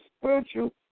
spiritual